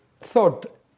thought